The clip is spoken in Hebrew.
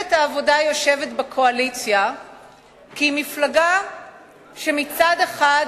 מפלגת העבודה יושבת בקואליציה כמפלגה שמצד אחד,